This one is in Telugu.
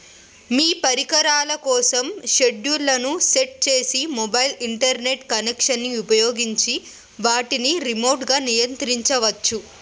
మీ పరికరాల కోసం షెడ్యూల్లను సెట్ చేసి మొబైల్ ఇంటర్నెట్ కనెక్షన్ని ఉపయోగించి వాటిని రిమోట్గా నియంత్రించవచ్చు